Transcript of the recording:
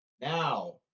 Now